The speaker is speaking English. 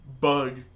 bug